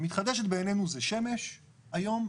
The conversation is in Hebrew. ומתחדשת בעינינו זה שמש היום,